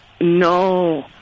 No